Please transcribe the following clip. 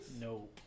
no